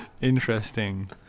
Interesting